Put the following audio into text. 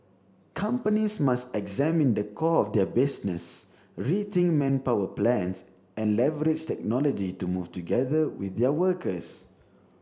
companies must examine the core of their business rethink manpower plans and leverage technology to move together with their workers